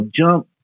jump